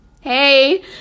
Hey